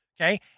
Okay